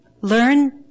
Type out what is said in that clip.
learn